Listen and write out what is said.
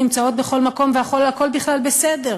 נמצאות בכל מקום והכול בכלל בסדר?